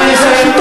נא לסיים.